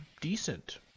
decent